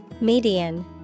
Median